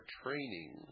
training